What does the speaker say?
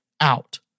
out